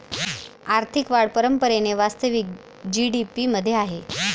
आर्थिक वाढ परंपरेने वास्तविक जी.डी.पी मध्ये आहे